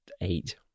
eight